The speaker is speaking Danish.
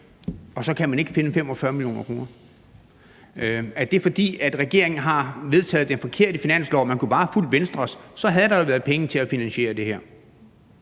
og så kan man ikke finde 45 mio. kr. Er det, fordi regeringen har vedtaget den forkerte finanslov? Man kunne bare have fulgt Venstres finanslovsforslag, og så havde der jo været penge til at finansiere det her.